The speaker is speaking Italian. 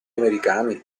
americani